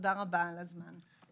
ותודה רבה על הזמן.